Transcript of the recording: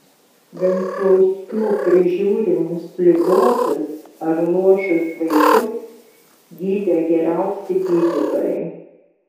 venclauskių prižiūrimus ligotus ar luošus vaikus gydė geriausi gydytojai